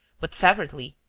but separately,